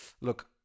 look